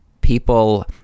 people